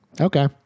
okay